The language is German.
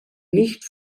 nicht